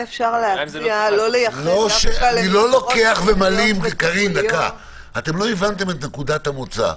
לא הבנתם את נקודת המוצא.